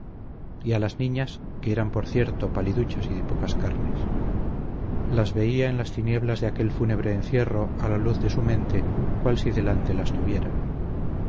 y a las niñas que eran por cierto paliduchas y de pocas carnes las vela en las tinieblas de aquel fúnebre encierro a la luz de su mente cual si delante las tuviera